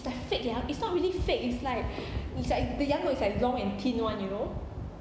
like fake ya it's not really fake it's like it's like the young corn it's like long and thin [one] you know